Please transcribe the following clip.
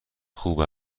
خوب